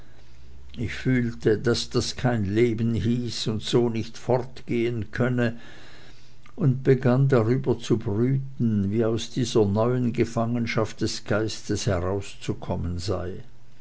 ich fühlte daß das kein leben hieß und so nicht fortgehen könne und begann darüber zu brüten wie aus dieser neuen gefangenschaft des geistes herauszukommen sei